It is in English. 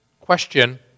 Question